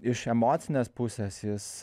iš emocinės pusės jis